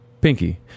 Pinky